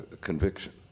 conviction